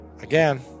Again